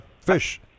fish